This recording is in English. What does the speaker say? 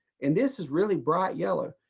and this is really bright yellow.